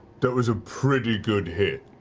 that was a pretty good hit,